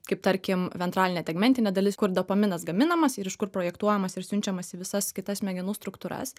kaip tarkim ventralinė tegmentinė dalis kur dopaminas gaminamas ir iš kur projektuojamas ir siunčiamas į visas kitas smegenų struktūras